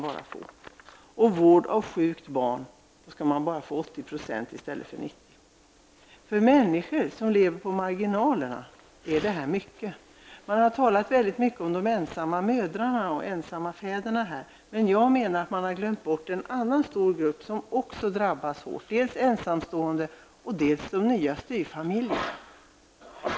Vid vård av sjukt barn skall man bara få 80 % ersättning i stället för 90%. För människor som lever på marginalen är detta mycket. Man har här talat mycket om de ensamma mödrarna och fäderna. Jag menar att man har glömt bort en annan stor grupp som också drabbas, nämligen de nya styvfamiljerna.